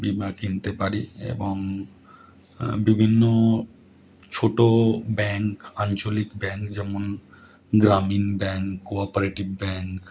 বিমা কিনতে পারি এবং বিভিন্ন ছোট ব্যাঙ্ক আঞ্চলিক ব্যাঙ্ক যেমন গ্রামীণ ব্যাঙ্ক কোঅপারেটিভ ব্যাঙ্ক